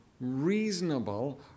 reasonable